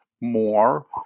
more